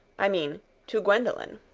i mean to gwendolen.